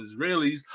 Israelis